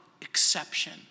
exception